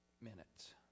minutes